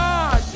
God